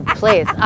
please